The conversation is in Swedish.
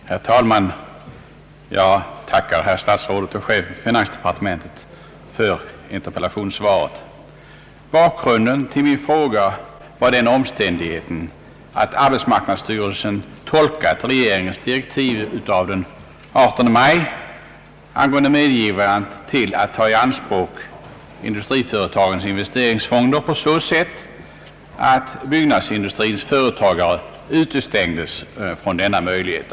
Herr talman! Jag tackar statsrådet och chefen för finansdepartementet för interpellationssvaret. Bakgrunden till min fråga var den omständigheten att arbetsmarknadsstyrelsen tolkat regeringens direktiv av den 18 maj angående medgivande till att ta i anspråk industriföretagens investeringsfonder på så sätt att byggnadsindustrins företagaré utestängdes från denna möjlighet.